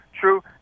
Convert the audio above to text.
true